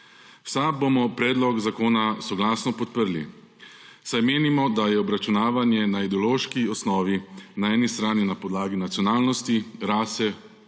SAB bomo predlog zakona soglasno podprli, saj menimo, da je obračunavanje na ideološki osnovi na eni strani na podlagi nacionalnosti, rase,